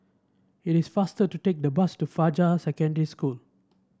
it is faster to take the bus to Fajar Secondary School